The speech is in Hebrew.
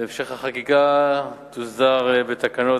והמשך החקיקה יוסדר בתקנות,